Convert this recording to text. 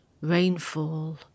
rainfall